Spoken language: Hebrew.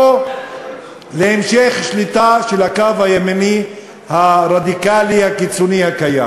או להמשך שליטה של הקו הימני הרדיקלי הקיצוני הקיים?